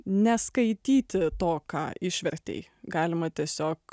neskaityti to ką išvertei galima tiesiog